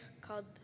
called